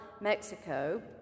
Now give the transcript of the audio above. Mexico